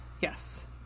yes